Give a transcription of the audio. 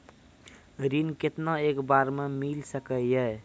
ऋण केतना एक बार मैं मिल सके हेय?